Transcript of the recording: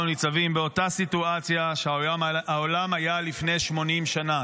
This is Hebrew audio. אנחנו ניצבים באותה סיטואציה שהעולם היה בה לפני 80 שנה.